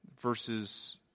verses